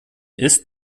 ist